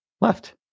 Left